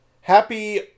Happy